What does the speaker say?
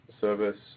service